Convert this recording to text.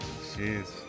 Jeez